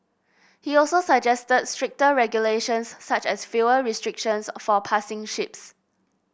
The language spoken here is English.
he also suggested stricter regulations such as fuel restrictions for passing ships